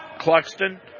Cluxton